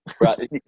Right